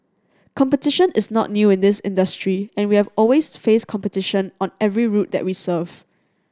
competition is not new in this industry and we always faced competition on every route that we serve